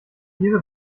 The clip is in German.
diese